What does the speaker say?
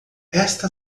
esta